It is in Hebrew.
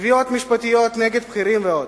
בתביעות משפטיות נגד בכירים ועוד.